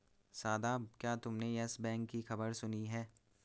शादाब, क्या तुमने Yes Bank की खबर सुनी है?